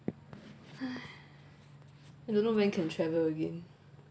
!hais! I don't know when can travel again